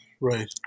Right